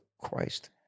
Christ